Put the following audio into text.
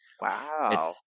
Wow